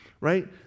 Right